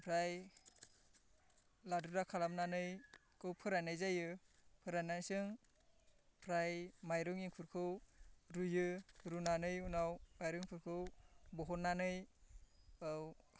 ओमफ्राय लादुरा खालामनानै बेखौ फोराननाय जायो फोराननायजों ओमफ्राय माइरं एंखुरखौ रुयो रुनानै उनाव माइरंफोरखौ बहननानै